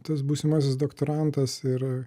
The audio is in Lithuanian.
tas būsimasis doktorantas ir